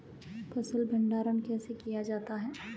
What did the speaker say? फ़सल भंडारण कैसे किया जाता है?